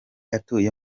atuye